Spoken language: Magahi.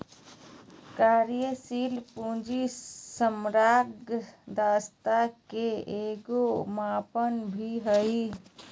कार्यशील पूंजी समग्र दक्षता के एगो मापन भी हइ